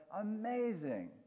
amazing